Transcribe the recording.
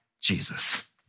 Jesus